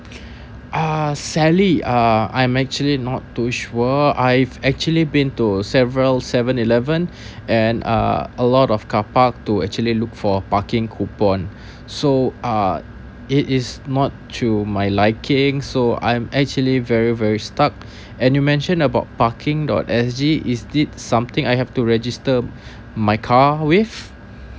uh sally uh I'm actually not too sure I've actually been to several seven eleven and uh a lot of car park to actually look for parking coupon so uh it is not to my liking so I'm actually very very stuck and you mention about parking dot S G is it something I have to register my car with